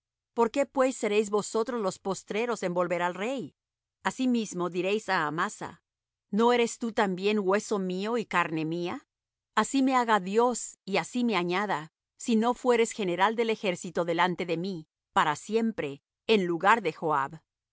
por qué pues seréis vosotros los postreros en volver al rey asimismo diréis á amasa no eres tú también hueso mío y carne mía así me haga dios y así me añada si no fueres general del ejército delante de mí para siempre en lugar de joab